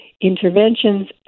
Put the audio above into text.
interventions